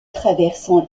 traversant